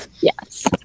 Yes